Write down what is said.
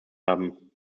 haben